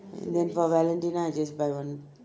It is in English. and then for valentina I just buy one